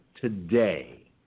today